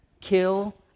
kill